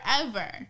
forever